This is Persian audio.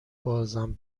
بازم